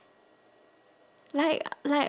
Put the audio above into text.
like like